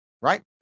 right